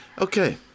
Okay